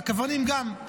והקברנים גם.